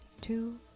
two